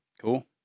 cool